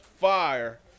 fire